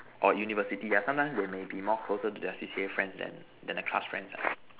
or university ah sometimes they may be more closer with the C_C_A friends than than the class friend lah